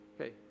Okay